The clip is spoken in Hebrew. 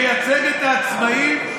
מייצג את העצמאים?